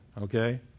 okay